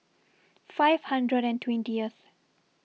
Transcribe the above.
five hundred and twentieth